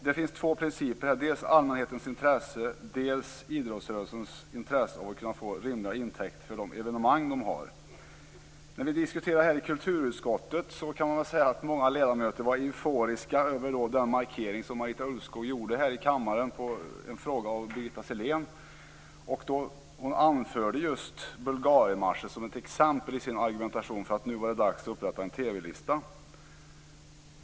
Det finns två principer här, dels allmänhetens intresse, dels idrottsrörelsens intresse att få rimliga intäkter för de evenemang som arrangeras. I kulturutskottet var många ledamöter euforiska över den markering som Marita Ulvskog gjorde här i kammaren som svar på en fråga av Birgitta Sellén. Bulgarienmatchen anfördes som exempel i argumentationen för att det nu var dags att upprätta en TV lista.